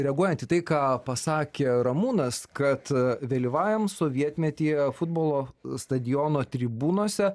reaguojant į tai ką pasakė ramūnas kad vėlyvajam sovietmetyje futbolo stadiono tribūnose